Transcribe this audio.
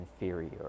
inferior